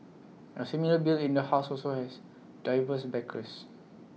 A similar bill in the house also has diverse backers